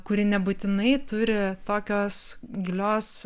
kuri nebūtinai turi tokios gilios